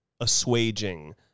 assuaging